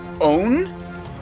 own